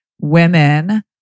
women